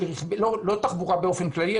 לא תחבורה באופן כללי,